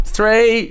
Three